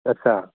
आच्चा